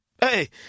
Hey